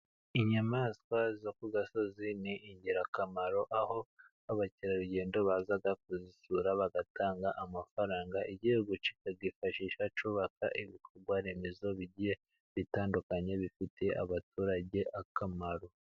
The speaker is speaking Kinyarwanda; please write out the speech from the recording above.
Inyamaswa zo ku gasozi ni ingirakamaro aho abakerarugendo baza kuzisura bagatanga amafaranga, igihugu kikayifashisha cyubaka ibikorwa remezo bigiye bitandukanye bifitiye abaturage akamaro.